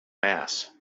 mass